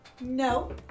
No